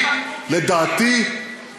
לדעתי,